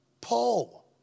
Paul